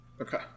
Okay